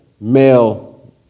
male